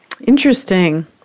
Interesting